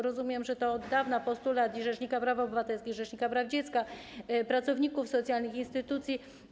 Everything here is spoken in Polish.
Rozumiem, że od dawna to jest postulat i rzecznika praw obywatelskich, i rzecznika praw dziecka, pracowników socjalnych, instytucji.